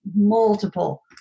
multiple